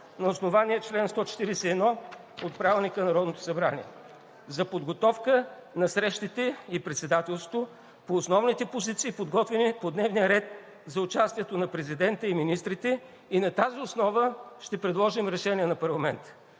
за организацията и дейността на Народното събрание, за подготовка на срещите и председателството по основните позиции, подготвени по дневния ред за участието на президента и министрите, и на тази основа ще предложим решение на парламента.